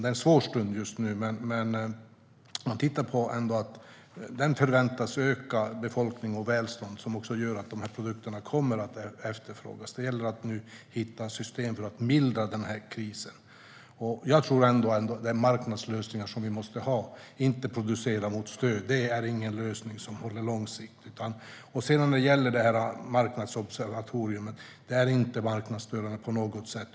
Det är en svår stund just nu, men befolkning och välstånd väntas öka. Det gör att produkterna kommer att efterfrågas. Det gäller att nu hitta system för att mildra krisen, och jag tror ändå att det är marknadslösningar vi måste ha, inte att producera mot stöd. Det är ingen lösning som håller långsiktigt. När det gäller marknadsobservatoriet är det inte marknadsstörande på något sätt.